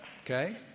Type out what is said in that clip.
okay